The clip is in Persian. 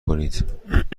کنید